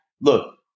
Look